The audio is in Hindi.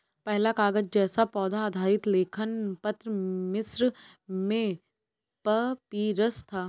पहला कागज़ जैसा पौधा आधारित लेखन पत्र मिस्र में पपीरस था